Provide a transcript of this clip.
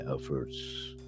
efforts